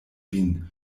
vin